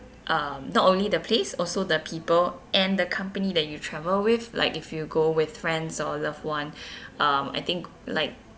um not only the place also the people and the company that you travel with like if you go with friends or loved one um I think